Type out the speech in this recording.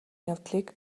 явдлыг